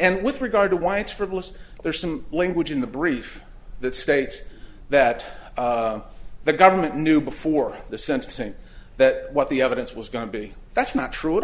and with regard to why it's frivolous there's some language in the brief that states that the government knew before the sentencing that what the evidence was going to be that's not true at